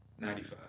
95